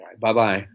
Bye-bye